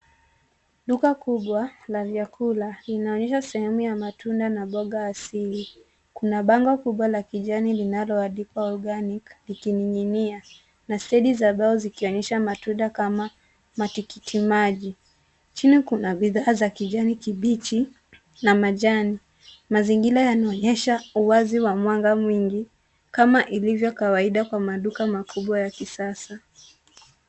Duka kubwa la vyakula linaonyesha sehemu ya matunda na boga asili. Kuna bango kubwa ya kijani linaloandikwa organic likining'inia na stendi za mbao zikionyesha matunda kama matikitimaji. Chini kuna bidhaa za kijani kibichi na majani. Mazingira yanaonyesha uwazi wa mwanga mwingi kama ilivyo kawaida kwa maduka makubwa ya kisasa.